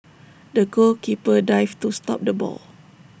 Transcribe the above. the goalkeeper dived to stop the ball